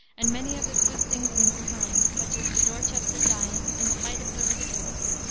and many of his good things in this kind, such as the dorchester giant and the height of the ridiculous,